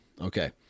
Okay